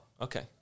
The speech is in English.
okay